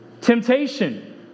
Temptation